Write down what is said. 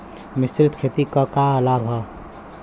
मिश्रित खेती क का लाभ ह?